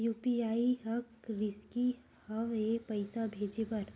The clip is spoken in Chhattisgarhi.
यू.पी.आई का रिसकी हंव ए पईसा भेजे बर?